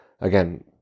again